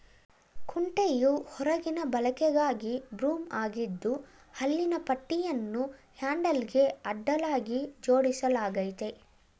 ಕುಂಟೆಯು ಹೊರಗಿನ ಬಳಕೆಗಾಗಿ ಬ್ರೂಮ್ ಆಗಿದ್ದು ಹಲ್ಲಿನ ಪಟ್ಟಿಯನ್ನು ಹ್ಯಾಂಡಲ್ಗೆ ಅಡ್ಡಲಾಗಿ ಜೋಡಿಸಲಾಗಯ್ತೆ